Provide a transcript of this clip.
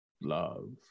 love